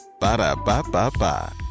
Ba-da-ba-ba-ba